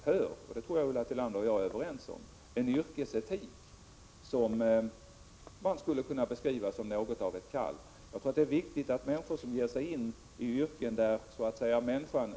Det är därför viktigt att sprida kunskap om det kvalitativa innehåll ett arbete har som innebär att man hjälper och vårdar människor.